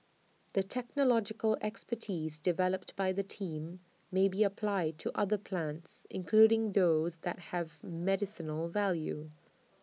the technological expertise developed by the team may be applied to other plants including those that have medicinal value